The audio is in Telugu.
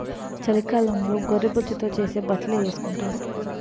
చలికాలంలో గొర్రె బొచ్చుతో చేసే బట్టలే ఏసుకొంటారు